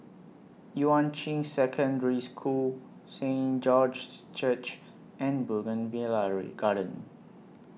Yuan Ching Secondary School Saint George's Church and Garden